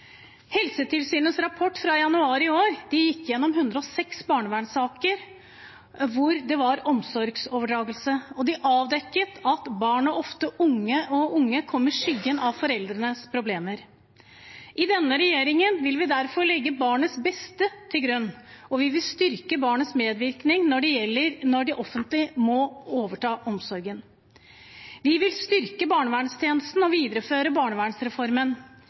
Helsetilsynets rapport fra januar i år gjennomgikk 106 barnevernssaker hvor det var omsorgsoverdragelse, og de avdekket at barn og unge ofte kom i skyggen av foreldrenes problemer. I denne regjeringen vil vi derfor legge barnets beste til grunn. Vi vil styrke barnets medvirkning når det gjelder når det offentlige må overta omsorgen. Vi vil styrke barnevernstjenesten og videreføre barnevernsreformen.